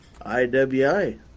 IWI